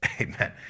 Amen